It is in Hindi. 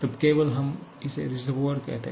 तब केवल हम इसे रिसर्वोइएर कहते हैं